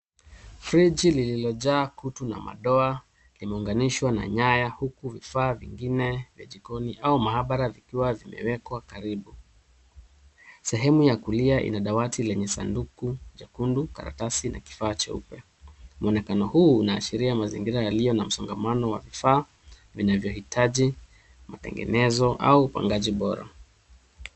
Friji lililojaa kutu na madoa imeunganishwa na nyaya huku vifaa vingine vya jikoni au maabara vikiwa vimewekwa karibu. Sehemu ya kulia ina dawati lenye sanduku jekundu, karatasi na kifaa cheupe. Muonekano huu unaashiria mazingira yaliyo na msongamano wa vifaa vinavyohitaji matengenezo au upangaji bora.